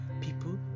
people